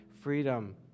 freedom